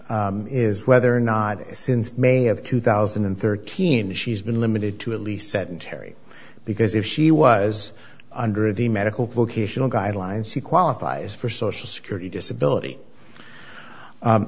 here is whether or not since may of two thousand and thirteen she's been limited to at least seven terry because if she was under the medical vocational guidelines she qualifies for social security disability